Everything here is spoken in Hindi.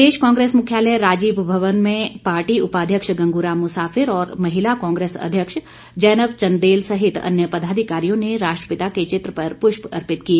प्रदेश कांग्रेस मुख्यालय राजीव भवन में पार्टी उपाध्यक्ष गंगूराम मुसाफिर और महिला कांग्रेस अध्यक्ष जैनब चंदेल सहित अन्य पदाधिकारियों ने राष्ट्रपिता के चित्र पर पुष्प अर्पित किए